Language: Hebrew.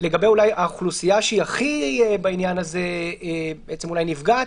לגבי האוכלוסייה שהיא בעניין הזה בעצם אולי הכי נפגעת,